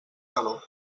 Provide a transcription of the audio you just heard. calor